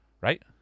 right